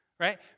right